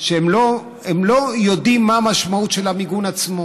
שהם לא יודעים מה המשמעות של המיגון עצמו.